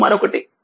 ఇప్పుడుమరొకటి